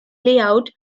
layout